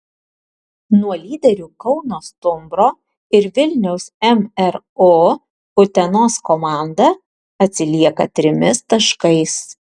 nuo lyderių kauno stumbro ir vilniaus mru utenos komanda atsilieka trimis taškais